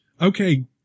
okay